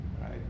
right